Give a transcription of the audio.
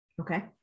Okay